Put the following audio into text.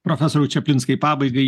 profesoriau čaplinskai pabaigai